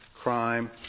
crime